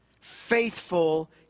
faithful